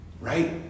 right